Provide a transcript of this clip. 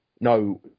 no